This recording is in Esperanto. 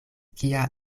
kia